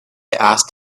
asked